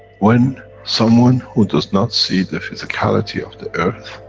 when someone who does not see the physicality of the earth,